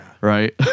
Right